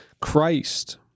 Christ